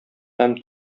һәм